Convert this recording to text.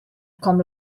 com